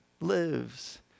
lives